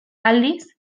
aldiz